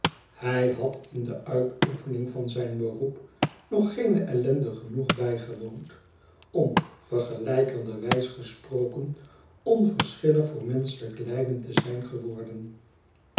hij had in de uitoefening van zijn beroep nog geene ellende genoeg bijgewoond om vergelijkenderwijs gesproken onverschillig voor menschelijk lijden te zijn geworden